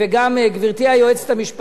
גברתי היועצת המשפטית,